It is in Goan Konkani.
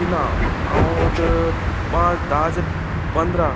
की ना हांव आतां पांच धाचे पंदरा